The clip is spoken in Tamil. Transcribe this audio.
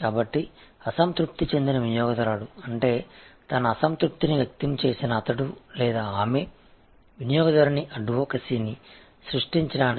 எனவே டிசேடிஸ்ஃபைட் கஸ்டமர் தனது டிசேடிஸ்ஃபேக்ஷனை வெளிப்படுத்தியவர் கஸ்டமர் அட்வோகஸி உருவாக்குவதற்கான